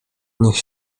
niech